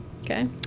Okay